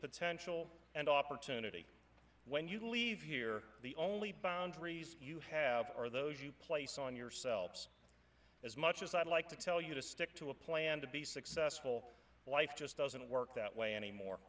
potential and opportunity when you leave here the only boundaries you have are those you place on yourselves as much as i'd like to tell you to stick to a plan to be successful life just doesn't work that way anymore